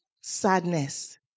sadness